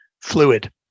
fluid